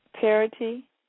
Parity